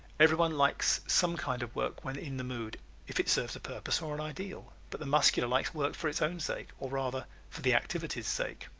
everyone likes some kind of work when in the mood if it serves a purpose or an ideal. but the muscular likes work for its own sake or rather for the activity's sake.